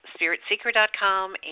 spiritseeker.com